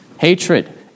Hatred